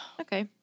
okay